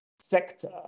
sector